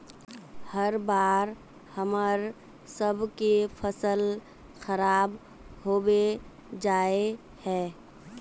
हर बार हम्मर सबके फसल खराब होबे जाए है?